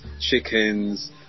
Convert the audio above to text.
chickens